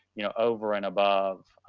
you know, over and above,